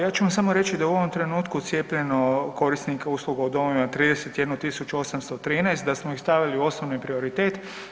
Ja ću vam samo reći da je u ovom trenutku cijepljeno korisnika usluga u domovima 31.813, da smo ih stavili u osnovni prioritet.